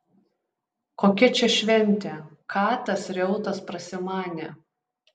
kokia čia šventė ką tas reutas prasimanė